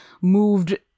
moved